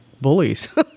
bullies